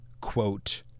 quote